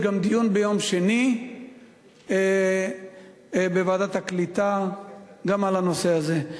יש גם דיון ביום שני בוועדת הקליטה בנושא הזה.